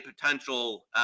potential